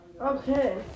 Okay